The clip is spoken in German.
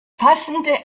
passende